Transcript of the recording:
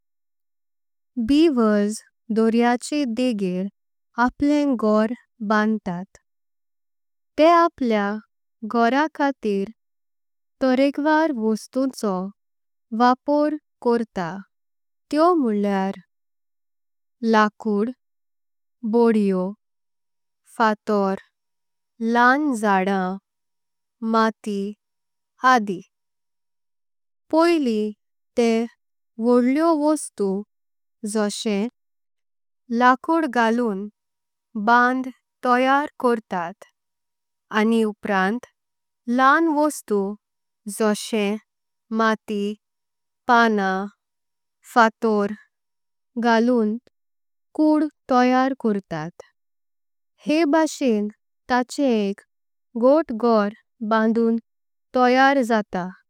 बीवर्स दोऱ्याचे देगर आपलं घर बांदतात। ते आपल्या घरा खातीर तोरेकवार वस्तूंचों वापर। करतात, तेव म्हल्ल्यार, लाकूड, बोडियो। फाटोर, ल्हान झाडां, माती, आदि पहिलें ते। व्होडलें वस्तु जशें लाकूड घालून बांद तयार करतात। आणि उपरांत ल्हान वस्तु जशें माती पाना व फाटोर। घालून कूड तयार करतात हेम बासून ताचें। एक घोट्ट घर बांदून तयार जात।